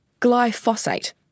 glyphosate